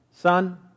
Son